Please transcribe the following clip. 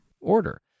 order